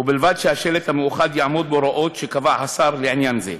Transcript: ובלבד שהשלט המאוחד יעמוד בהוראות שקבע השר לעניין זה.